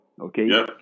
Okay